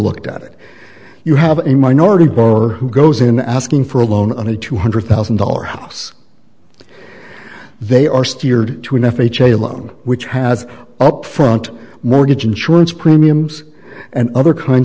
looked at it you have a minority bar who goes in asking for a loan on a two hundred thousand dollar house they are steered to an f h a loan which has up front mortgage insurance premiums and other kinds